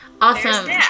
Awesome